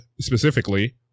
specifically